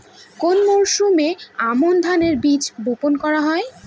কোন মরশুমে আমন ধানের বীজ বপন করা হয়?